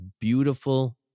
beautiful